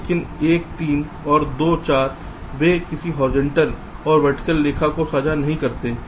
लेकिन 1 3 और 2 4 वे किसी भी हॉरिजॉन्टल और वर्टीकल रेखा को साझा नहीं करते हैं